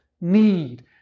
need